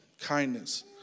kindness